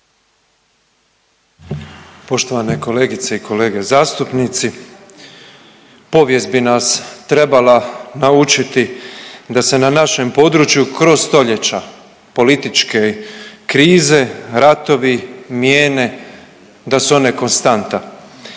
Poštovane kolegice i kolege zastupnici. Povijest bi nas trebala naučiti da se na našem području kroz stoljeća političke krize, ratovi, mijene, da su one konstanta.